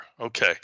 okay